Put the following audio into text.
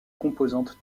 composantes